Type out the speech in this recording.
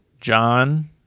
John